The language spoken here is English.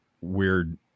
weird